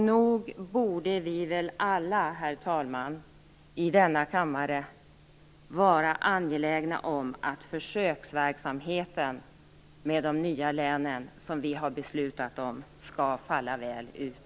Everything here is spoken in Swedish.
Nog borde vi väl alla i denna kammare, herr talman, vara angelägna om att försöksverksamheten med de nya länen som vi har beslutat om skall falla väl ut.